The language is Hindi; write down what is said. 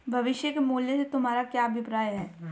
भविष्य के मूल्य से तुम्हारा क्या अभिप्राय है?